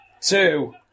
two